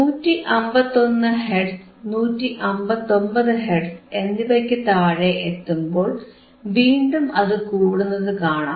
151 hertz 159 hertz എന്നിവയ്ക്കു താഴെ എത്തുമ്പോൾ വീണ്ടും അത് കൂടുന്നതു കാണാം